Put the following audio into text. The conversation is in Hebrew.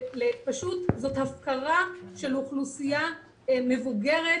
פשוט זאת הפקרה של אוכלוסייה מבוגרת